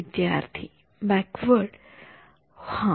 विद्यार्थी बॅकवर्ड हा